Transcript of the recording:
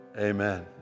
Amen